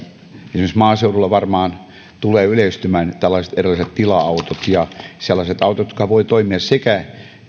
esimerkiksi maaseudulla varmaan tulevat yleistymään tällaiset erilaiset tila autot ja sellaiset autot jotka voivat toimia sekä